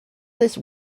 this